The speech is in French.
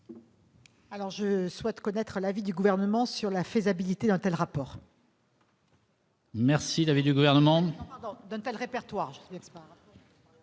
? Je souhaite connaître l'avis du Gouvernement sur la faisabilité d'un tel répertoire. Quel est l'avis du Gouvernement